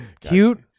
Cute